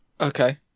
Okay